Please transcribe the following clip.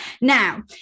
Now